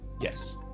Yes